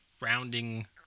rounding